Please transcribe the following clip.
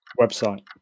website